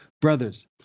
brothers